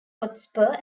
hotspur